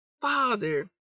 Father